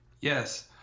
yes